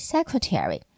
Secretary